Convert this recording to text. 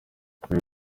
kuri